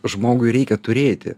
žmogui reikia turėti